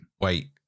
Wait